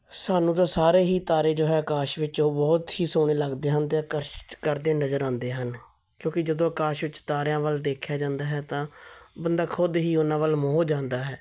ਸਾਨੂੰ ਤਾਂ ਸਾਰੇ ਹੀ ਤਾਰੇ ਜੋ ਹੈ ਆਕਾਸ਼ ਵਿੱਚ ਉਹ ਬਹੁਤ ਹੀ ਸੋਹਣੇ ਲੱਗਦੇ ਹਨ ਅਤੇ ਆਕਰਸ਼ਿਤ ਕਰਦੇ ਨਜ਼ਰ ਆਉਂਦੇ ਹਨ ਕਿਉਂਕਿ ਜਦੋਂ ਆਕਾਸ਼ ਵਿੱਚ ਤਾਰਿਆਂ ਵੱਲ ਦੇਖਿਆ ਜਾਂਦਾ ਹੈ ਤਾਂ ਬੰਦਾ ਖੁਦ ਹੀ ਉਹਨਾਂ ਵੱਲ ਮੋਹ ਜਾਂਦਾ ਹੈ